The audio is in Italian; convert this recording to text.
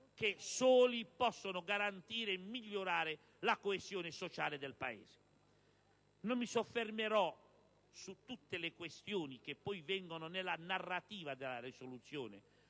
che soli possono garantire e migliorare la coesione sociale del Paese. Non mi soffermerò su tutte le questioni che poi vengono nella narrativa della risoluzione